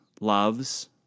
loves